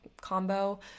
combo